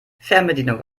fernbedienung